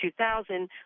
2000